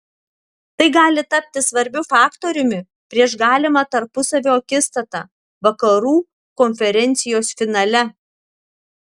tai gali tapti svarbiu faktoriumi prieš galimą tarpusavio akistatą vakarų konferencijos finale